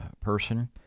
person